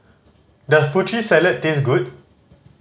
does Putri Salad taste good